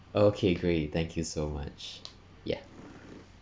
okay great thank you so much ya